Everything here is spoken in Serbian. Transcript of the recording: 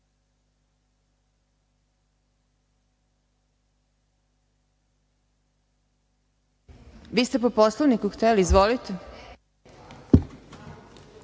Vi ste po Poslovniku hteli. Izvolite.